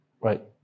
right